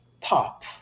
Top